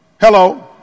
hello